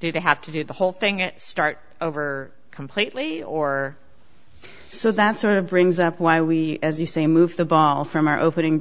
do they have to do the whole thing and start over completely or so that sort of brings up why we as you say moved the ball from our opening